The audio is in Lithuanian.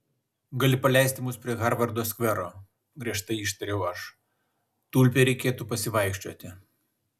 gali paleisti mus prie harvardo skvero griežtai ištariau aš tulpei reikėtų pasivaikščioti